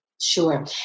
Sure